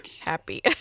happy